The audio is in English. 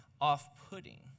off-putting